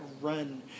run